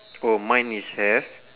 oh mine is have